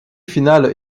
finales